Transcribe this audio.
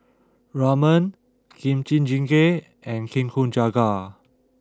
Ramen Kimchi Jjigae and Nikujaga